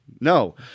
No